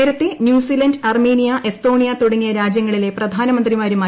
നേരത്തെ New Zealand Armenia Estonia തുടങ്ങിയ രാജ്യങ്ങളിലെ പ്രധാനമന്ത്രിമാരുമായി ശ്രീ